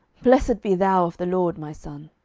blessed be thou of the lord, my son.